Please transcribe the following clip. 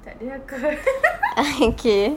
tak ada sudah kot